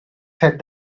said